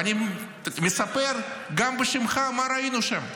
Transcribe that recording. ואני מספר, גם בשמך, מה ראינו שם.